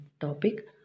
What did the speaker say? topic